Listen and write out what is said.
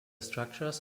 structures